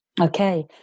Okay